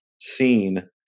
seen